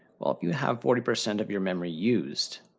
well, if you have forty percent of your memory used,